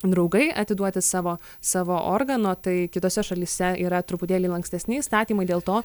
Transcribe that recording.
draugai atiduoti savo savo organo tai kitose šalyse yra truputėlį lankstesni įstatymai dėl to